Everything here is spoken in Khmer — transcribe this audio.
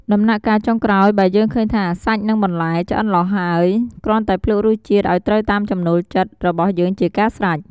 ដំណាក់កាលចុងក្រោយ បើយើងឃើញថាសាច់និងបន្លែឆ្អិនល្អហើយ គ្រាន់តែភ្លក្សរសជាតិឱ្យត្រូវតាមចំណូលចិត្តរបស់យើងជាការស្រេច។